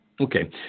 Okay